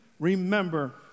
Remember